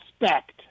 respect